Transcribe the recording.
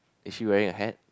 is she wearing a hat